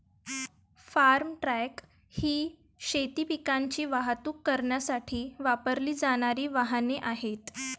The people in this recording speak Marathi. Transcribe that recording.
फार्म ट्रक ही शेती पिकांची वाहतूक करण्यासाठी वापरली जाणारी वाहने आहेत